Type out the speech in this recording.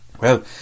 Well